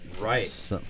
Right